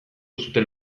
zuten